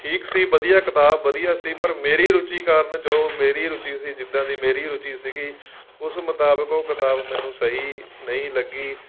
ਠੀਕ ਸੀ ਵਧੀਆ ਕਿਤਾਬ ਵਧੀਆ ਸੀ ਪਰ ਮੇਰੀ ਰੁਚੀ ਕਾਰਨ ਜੋ ਮੇਰੀ ਰੁਚੀ ਸੀ ਜਿੱਦਾਂ ਦੀ ਮੇਰੀ ਰੁਚੀ ਸੀਗੀ ਉਸ ਮੁਤਾਬਿਕ ਉਹ ਕਿਤਾਬ ਮੈਨੂੰ ਸਹੀ ਨਹੀਂ ਲੱਗੀ